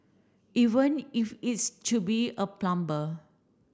even if it's to be a plumber